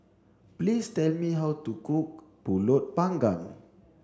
please tell me how to cook Pulut panggang